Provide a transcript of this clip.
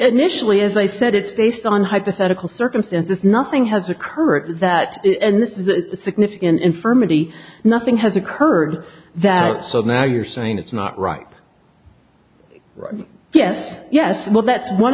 initially as i said it's based on hypothetical circumstances nothing has occurred that and this is a significant infirmity nothing has occurred that so now you're saying it's not right right yes yes well that's one